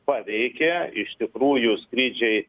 paveikė iš tikrųjų skrydžiai